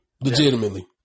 Legitimately